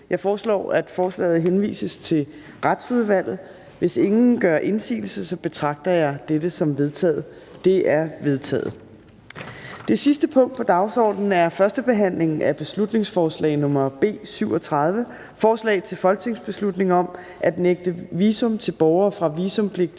Jeg foreslår, at forslaget henvises til Retsudvalget. Hvis ingen gør indsigelse, betragter jeg dette som vedtaget. Det er vedtaget. --- Det sidste punkt på dagsordenen er: 3) 1. behandling af beslutningsforslag nr. B 37: Forslag til folketingsbeslutning om at nægte visum til borgere fra visumpligtige